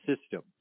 system